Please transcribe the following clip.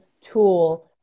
tool